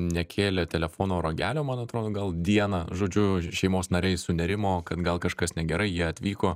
nekėlė telefono ragelio man atrodo gal dieną žodžiu šeimos nariai sunerimo kad gal kažkas negerai jie atvyko